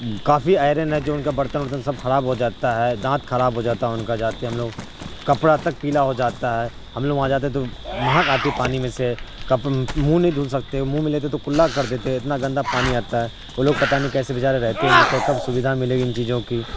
کافی iron ہے جو ان کا برتن ورتن سب خراب ہو جاتا ہے دانت خراب ہو جاتا ہے ان کا جاتے ہم لوگ کپڑا تک پیلا ہو جاتا ہے ہم لوگ وہاں جاتے ہیں تو مہک آتی پانی میں سے کپ منہ نہیں دھل سکتے منہ میں لیتے تو کلا کر دیتے ہیں اتنا گندا پانی آتا ہے وہ لوگ پتہ نہیں کیسے بچارے رہتے ہیں ان کو کب سویدھا ملے گی ان چیزوں کی